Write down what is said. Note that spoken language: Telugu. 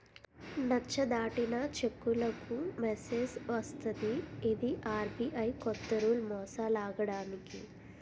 నచ్చ దాటిన చెక్కులకు మెసేజ్ వస్తది ఇది ఆర్.బి.ఐ కొత్త రూల్ మోసాలాగడానికి